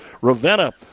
ravenna